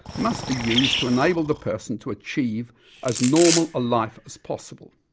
must be used to enable the person to achieve as normal a life as possible.